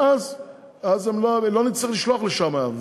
ואז לא נצטרך לשלוח לשם.